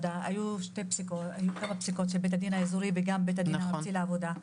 היו כמה פסיקות של בית הדין האזורי וגם של בית הדין הארצי לעבודה,